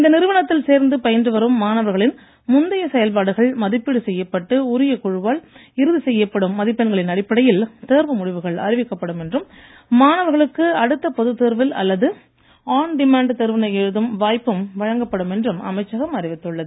இந்த நிறுவனத்தில் சேர்ந்து பயின்று வரும் மாணவர்களின் முந்தைய செயல்பாடுகள் மதிப்பீடு செய்யப்பட்டு உரிய குழுவால் இறுதி செய்யப்படும் மதிப்பெண்களின் அடிப்படையில் தேர்வு முடிவுகள் அறிவிக்கப்படும் என்றும் மாணவர்களுக்கு அடுத்த பொதுத் தேர்வில் அல்லது ஆன் டிமாண்ட் தேர்வினை எழுதும் வாய்ப்பு வழங்கப்படும் என்றும் அமைச்சகம் அறிவித்துள்ளது